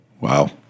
Wow